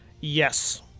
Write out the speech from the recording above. Yes